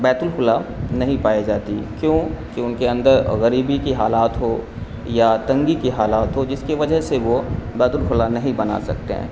بیت الخلاء نہیں پائی جاتی کیوںکہ ان کے اندر غریبی کی حالات ہو یا تنگی کی حالات ہو جس کے وجہ سے وہ بیت الخلاء نہیں بنا سکتے ہیں